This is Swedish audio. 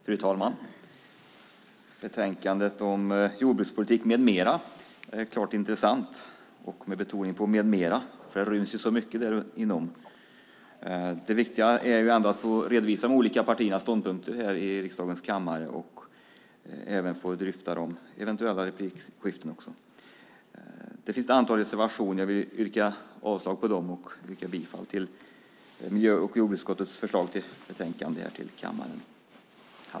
Fru talman! Betänkandet Jordbrukspolitik m.m. är klart intressant, och då med betoningen på med mera. Det ryms så mycket inom det. Det viktiga här är att redovisa de olika partiernas ståndpunkter i riksdagens kammare och även få dryfta dem i eventuella replikskiften. Det finns också ett antal reservationer. Jag vill här i kammaren allra först yrka avslag på dem och bifall till miljö och jordbruksutskottets förslag i betänkande MJU19.